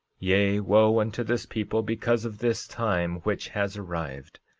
yea, wo unto this people, because of this time which has arrived,